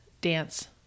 dance